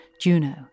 Juno